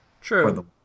True